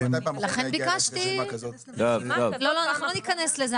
לכן ביקשתי, לא, לא, אנחנו לא נכנס לזה.